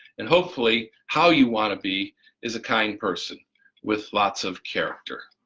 and hopefully how you want to be is a kind person with lots of character.